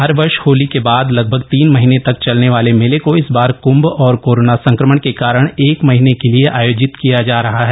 हर वर्ष होली के बाद लगभग तीन महीने तक चलने वाले मेले को इस बार कृम्भ और कोरोना संक्रमण के कारण एक महीने के लिए ही आयोजित किया जा रहा है